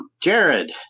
Jared